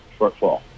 shortfall